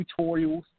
tutorials